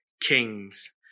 kings